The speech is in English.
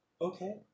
okay